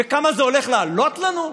וכמה זה הולך לעלות לנו?